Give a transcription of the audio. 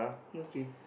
okay